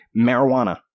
marijuana